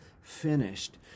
finished